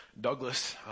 Douglas